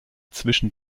zwischen